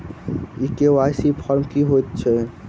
ई KYC form की हएत छै?